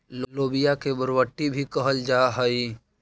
लोबिया के बरबट्टी भी कहल जा हई